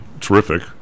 terrific